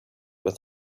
with